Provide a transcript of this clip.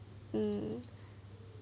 um